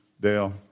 Dale